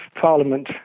Parliament